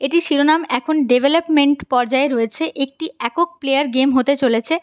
এটির শিরোনাম এখন ডেভেলপমেন্ট পর্যায়ে রয়েছে একটি একক প্লেয়ার গেম হতে চলেছে